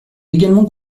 également